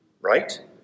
right